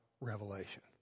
Revelation